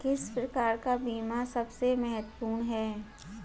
किस प्रकार का बीमा सबसे महत्वपूर्ण है?